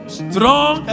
strong